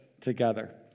together